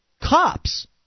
cops